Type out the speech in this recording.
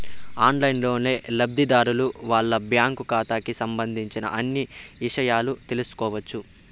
ఆన్లైన్లోనే లబ్ధిదారులు వాళ్ళ బ్యాంకు ఖాతాకి సంబంధించిన అన్ని ఇషయాలు తెలుసుకోవచ్చు